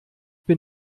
bin